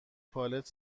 پالت